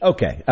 Okay